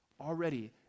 already